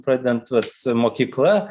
pradedant vat mokykla